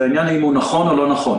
זה עניין אם הוא נכון או לא נכון.